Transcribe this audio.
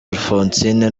alphonsine